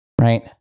right